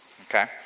Okay